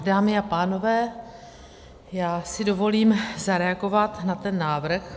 Dámy a pánové, já si dovolím zareagovat na ten návrh.